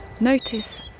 notice